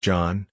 John